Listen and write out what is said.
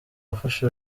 wafashe